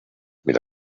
mais